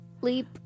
Leap